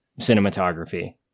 cinematography